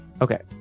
Okay